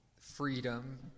freedom